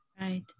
Right